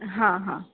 હા હા